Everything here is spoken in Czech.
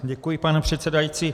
Děkuji, pane předsedající.